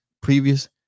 previous